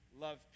Love